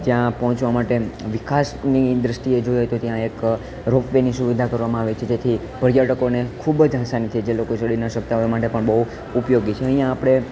જ્યાં પહોંચવા માટે વિકાસની દ્રષ્ટિએ જોઈએ તો ત્યાં એક રોપવેની સુવિધા કરવામાં આવી છે જેથી પર્યટકોને ખૂબ જ આસાનીથી જે લોકો ચડી ન શકતાં હોય માટે પણ બહું ઉપયોગી છે અહિંયા આપણે